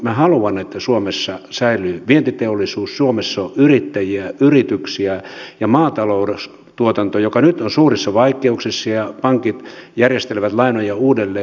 minä haluan että suomessa säilyy vientiteollisuus suomessa on yrittäjiä ja yrityksiä ja maataloustuotantoa joka nyt on suurissa vaikeuksissa ja pankit järjestelevät lainoja uudelleen